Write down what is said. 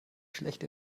schlecht